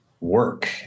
work